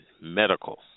medical